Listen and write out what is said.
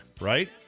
right